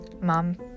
mom